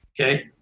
Okay